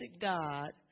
God